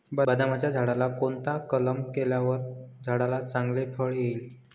बदामाच्या झाडाला कोणता कलम केल्यावर झाडाला चांगले फळ येईल?